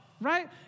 right